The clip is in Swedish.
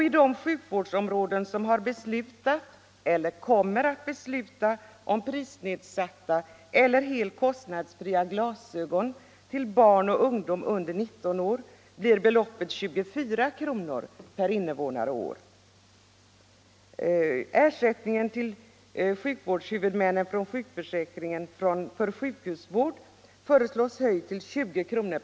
I de sjukvårdsområden som har beslutat eller som kommer att besluta om prisnedsatta eller helt kostnadsfria glasögon till barn och ungdom under 19 år föreslås beloppet höjt till 24 kr. per invånare och år. Sjukförsäkringens ersättning till sjukvårdshuvudmännen för sjukhusvård föreslås höjd till 20 kr.